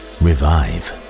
revive